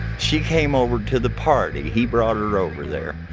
she came over to the party, he brought her over there,